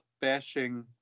bashing